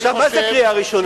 עכשיו, מה זה קריאה ראשונה?